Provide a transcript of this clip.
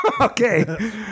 Okay